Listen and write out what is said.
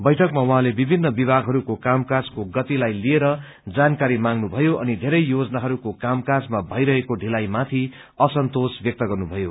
बैठकमा उहाँले विभिन्न विभागहरूको कामकाजको गतिलाई लिएर जानकारी मांगनुभयो अनि धेरै योजनाहरूको कामकाजमा भैरहेको ढ़िलाईमाथि असन्तोष व्यक्त गर्नुभयो